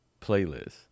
playlist